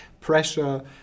pressure